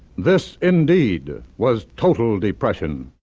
this indeed was total depression.